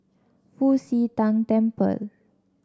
Fu Xi Tang Temple